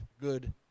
good